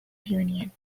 union